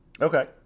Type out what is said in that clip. Okay